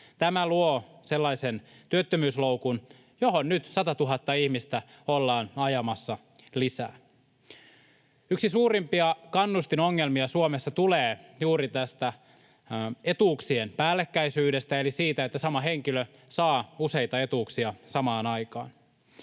Tämä luo sellaisen työttömyysloukun, johon nyt 100 000 ihmistä ollaan ajamassa lisää. Yksi suurimpia kannustinongelmia Suomessa tulee juuri tästä etuuksien päällekkäisyydestä eli siitä, että sama henkilö saa useita etuuksia samaan aikaan.